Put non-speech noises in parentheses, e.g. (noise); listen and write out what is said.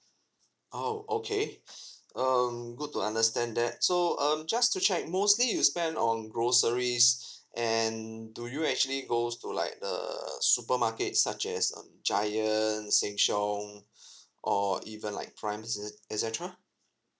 oh okay (breath) um good to understand that so um just to check mostly you spend on groceries and do you actually goes to like err supermarkets such as um giant sheng siong (breath) or even like primes e~ et cetera